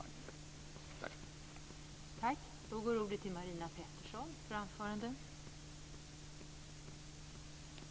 Tack!